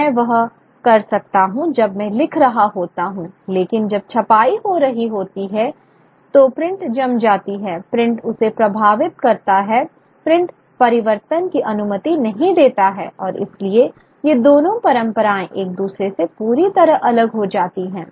मैं वह कर सकता हूं जब मैं लिख रहा होता हूं लेकिन जब छपाई हो रही होती है तो प्रिंट जम जाता है प्रिंट उसे परिभाषित करता है प्रिंट परिवर्तन की अनुमति नहीं देता है और इसलिए ये दोनों परंपराएं एक दूसरे से पूरी तरह अलग हो जाती हैं